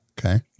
okay